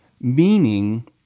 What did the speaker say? Meaning